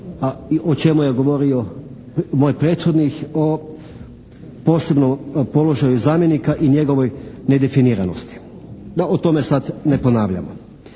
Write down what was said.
o čemu je govorio moj prethodnik o posebnom položaju zamjenika i njegovoj nedefiniranosti. Da o tome sad ne ponavljamo.